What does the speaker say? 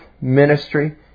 ministry